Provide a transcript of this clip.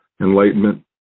enlightenment